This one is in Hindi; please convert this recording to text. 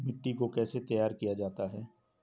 मिट्टी को कैसे तैयार किया जाता है?